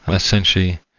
but essentially,